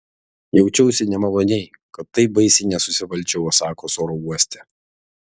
jaučiausi nemaloniai kad taip baisiai nesusivaldžiau osakos oro uoste